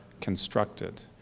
constructed